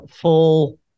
Full